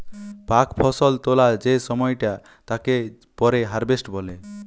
পাক ফসল তোলা যে সময়টা তাকে পরে হারভেস্ট বলে